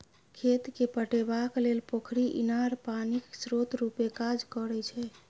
खेत केँ पटेबाक लेल पोखरि, इनार पानिक स्रोत रुपे काज करै छै